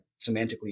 semantically